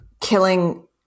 killing